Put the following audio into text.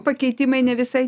pakeitimai ne visai